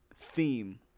theme